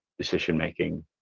decision-making